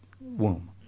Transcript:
womb